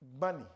money